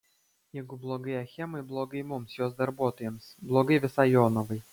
jeigu blogai achemai blogai mums jos darbuotojams blogai visai jonavai